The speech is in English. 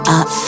up